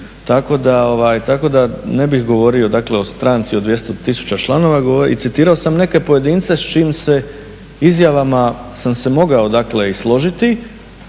tako da ne bih govorio, dakle o stranci, o 200000 članova. I citirao sam neke pojedince s čijim se izjavama sam se mogao, dakle i složiti,